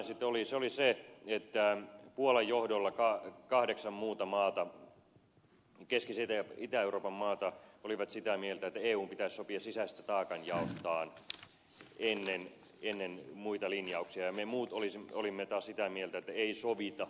se oli se että puolan johdolla kahdeksan muuta maata keski ja itä euroopan maata olivat sitä mieltä että eun pitäisi sopia sisäisestä taakanjaostaan ennen muita linjauksia ja me muut olimme taas sitä mieltä että ei sovita